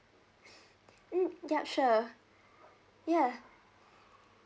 mm ya sure ya